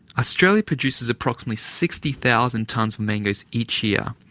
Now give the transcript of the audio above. australia produces approximately sixty thousand tonnes of mangoes each year.